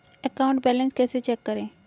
Account balance कैसे check करें?